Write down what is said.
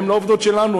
הן לא עובדות שלנו,